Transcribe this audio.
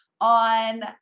on